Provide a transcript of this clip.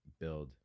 build